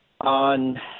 on